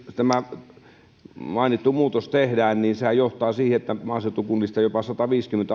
tämä mainittu muutos tehdään niin sehän johtaa siihen että maaseutukunnista jopa sataviisikymmentä